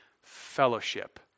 fellowship